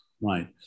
right